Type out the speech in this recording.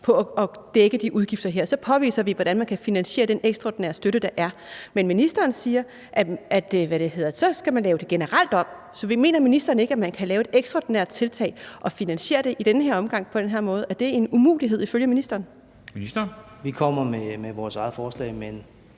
ved at dække de færre udgifter her, så anviser vi, hvordan man kan finansiere den ekstraordinære støtte, der er. Men ministeren siger, at så skal man lave det generelt om. Mener ministeren ikke, at man kan lave et ekstraordinært tiltag og finansiere det i den her omgang på den her måde? Er det en umulighed ifølge ministeren? Kl. 13:31 Formanden (Henrik Dam